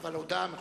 אבל הודעה מחויבת.